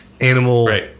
animal